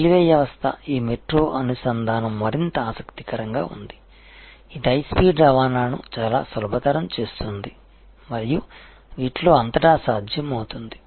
railway వ్యవస్థ ఈ metro అనుసంధానం మరింత ఆసక్తికరంగా ఉంది ఇది హై స్పీడ్ రవాణాను చాలా సులభతరం చేస్తుంది మరియు వీటిలో అంతటా సాధ్యమవుతుంది